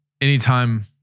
anytime